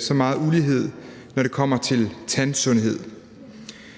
så meget ulighed, når det kommer til tandsundhed.